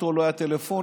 לא היו טלפונים,